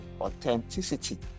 authenticity